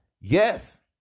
Yes